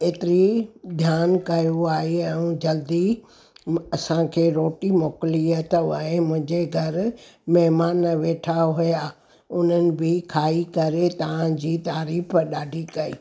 एतिरी ध्यानु कयो आहे ऐं जल्दी असांखे रोटी मोकिली अथव ऐं मुंहिंजे घरु महिमान वेठा हुया उन्हनि बि खाई करे तव्हांजी तारीफ़ ॾाढी कई